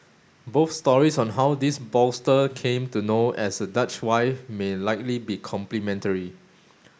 both stories on how this bolster came to be known as a Dutch wife may likely be complementary